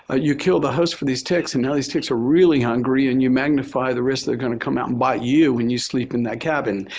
ah you kill the host for these ticks and now these ticks are really hungry and you magnify the risk they're going to come out and bite you when you sleep in that cabin.